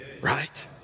Right